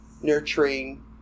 nurturing